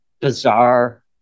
bizarre